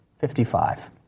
Fifty-five